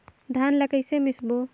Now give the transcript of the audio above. धान ला कइसे मिसबो?